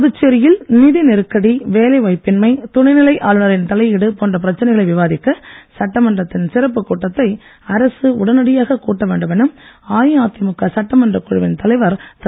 புதுச்சேரியில் நிதி நெருக்கடி வேலை வாய்ப்பின்மை துணைநிலை ஆளுநரின் தலையீடு போன்ற பிரச்னைகளை விவாதிக்க சட்டமன்றத்தின் சிறப்பு கூட்டத்தை அரசு உடனடியாக கூட்ட வேண்டும் என அஇஅதிமுக சட்டமன்ற குழுவின் தலைவர் திரு